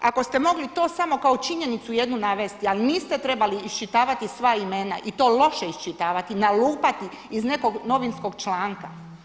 Ako ste mogli to samo kao činjenicu jednu navesti ali niste trebali iščitavati sva imena i to loše iščitavati, nalupati iz nekog novinskog članka.